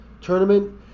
tournament